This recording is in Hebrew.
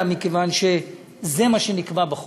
אלא מכיוון שזה מה שנקבע בחוק.